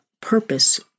purpose